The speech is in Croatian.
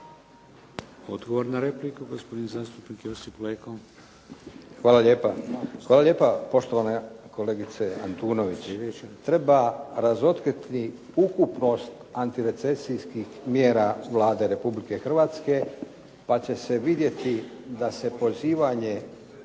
Odgovor na repliku, gospodin zastupnik Josip Leko. **Leko, Josip (SDP)** Hvala lijepa. Hvala lijepa, poštovana kolegice Antunović. Treba razotkriti ukupnost antirecesijskih mjera Vlade Republike Hrvatske pa će se vidjeti da su pozivanje